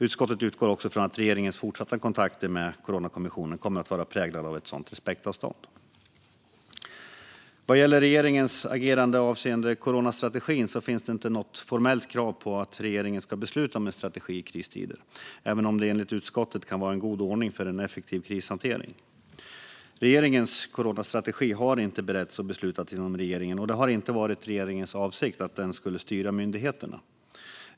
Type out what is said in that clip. Utskottet utgår från att regeringens fortsatta kontakter med Coronakommissionen kommer att vara präglade av ett sådant respektavstånd. Vad gäller regeringens agerande avseende coronastrategin finns det inte något formellt krav på att regeringen ska besluta om en strategi i kristider, även om det enligt utskottet kan vara en god ordning för en effektiv krishantering. Regeringens coronastrategi har inte beretts och beslutats inom regeringen, och det har inte varit regeringens avsikt att den skulle styra myndigheterna.